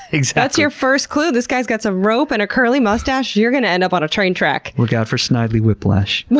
that's your first clue. this guy's got some rope and a curly mustache? you're going to end up on a train track. look out for snidely whiplash!